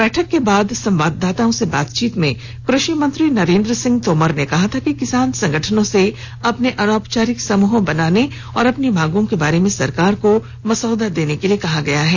बैठक के बाद संवाददाताओं से बातचीत में कृषि मंत्री नरेन्द्र सिंह तोमर ने कहा था कि किसान संगठनों से अपने अनौपचारिक समूह बनाने और अपनी मांगों के बारे में सरकार को मसौदा देने के लिए कहा गया है